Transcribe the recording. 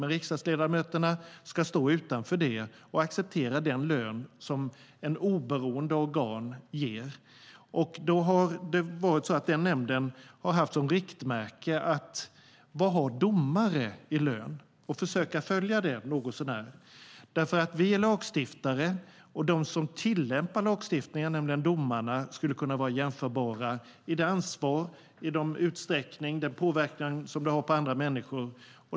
Men riksdagsledamöterna ska stå utanför det och acceptera den lön som en oberoende nämnd fastslår. Nämnden har haft domares lön som riktmärke och försökt följa den något så när. Vi är lagstiftare och de som tillämpar lagstiftningen, nämligen domarna, skulle kunna vara jämförbara i det ansvar och i den påverkan som de har på andra människor.